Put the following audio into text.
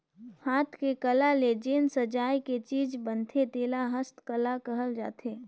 हाथ के कला ले जेन सजाए के चीज बनथे तेला हस्तकला कहल जाथे